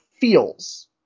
feels